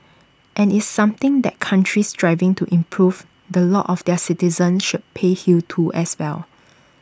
and it's something that countries striving to improve the lot of their citizens should pay heed to as well